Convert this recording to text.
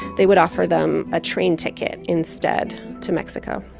they would offer them a train ticket instead to mexico.